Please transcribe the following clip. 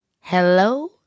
Hello